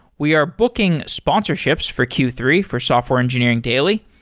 we are booking sponsorships for q three for software engineering daily.